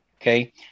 okay